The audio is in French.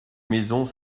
maisons